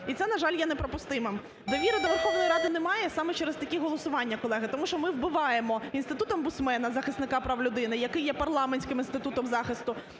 і це, на жаль, є неприпустимим. Довіри до Верховної Ради немає саме через такі голосування, колеги, тому що ми вбиваємо Інститут омбудсмена, захисника прав людини, який є парламентським інститутом захисту.